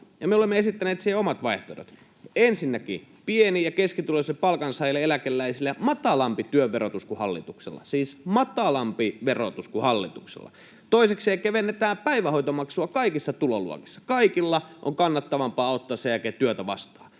me olemme esittäneet siihen omat vaihtoehtomme. Ensinnäkin pieni‑ ja keskituloisille palkansaajille ja eläkeläisille matalampi työn verotus kuin hallituksella — siis matalampi verotus kuin hallituksella. Toisekseen kevennetään päivähoitomaksua kaikissa tuloluokissa — kaikilla on kannattavampaa ottaa sen jälkeen työtä vastaan.